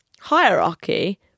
hierarchy